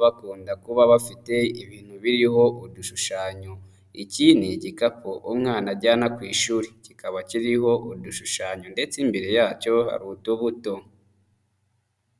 bakunda kuba bafite ibintu biriho udushushanyo. Iki ni igikapu umwana ajyana ku ishuri, kikaba kiriho udushushanyo, ndetse imbere yacyo hari utubuto.